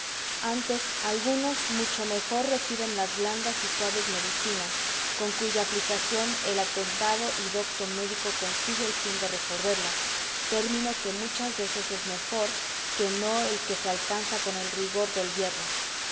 antes algunos mucho mejor reciben las blandas y suaves medicinas con cuya aplicación el atentado y docto médico consigue el fin de resolverlas término que muchas veces es mejor que no el que se alcanza con el rigor del hierro